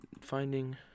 finding